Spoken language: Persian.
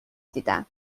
دیدم